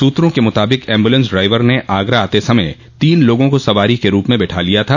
सूत्रों के मुताबिक़ एम्बुलेंस ड्राइवर ने आगरा आते समय तीन लोगों को सवारी के रूप में बिठा लिया था